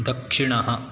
दक्षिणः